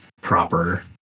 Proper